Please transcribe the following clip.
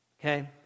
Okay